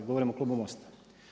Govorim o klubu MOST-a.